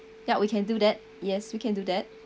ya we can do that yes we can do that